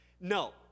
No